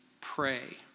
pray